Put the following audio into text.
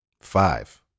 Five